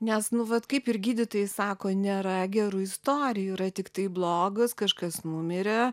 nes nu vat kaip ir gydytojai sako nėra gerų istorijų yra tiktai blogos kažkas numirė